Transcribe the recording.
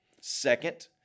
Second